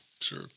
Sure